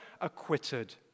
acquitted